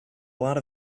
lot